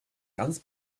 ganz